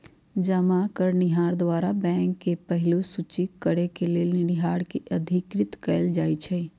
जमा करनिहार द्वारा बैंक के पहिलहि सूचित करेके लेनिहार के अधिकृत कएल जाइ छइ